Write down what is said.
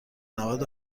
نود